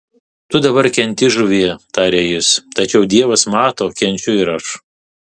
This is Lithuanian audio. tu dabar kenti žuvie tarė jis tačiau dievas mato kenčiu ir aš